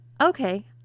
Okay